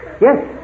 Yes